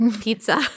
Pizza